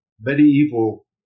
medieval